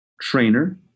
trainer